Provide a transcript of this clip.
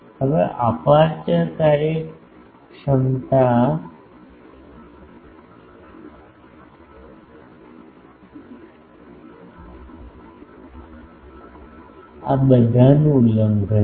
હવે અપેર્ચર કાર્યક્ષમતા આ બધાનું ઉલ્લંઘન છે